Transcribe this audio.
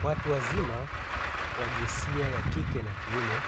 Watu wazima wa jinsia ya kike na kiume